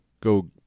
go